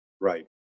Right